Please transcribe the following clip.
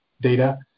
data